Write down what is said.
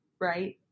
right